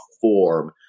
form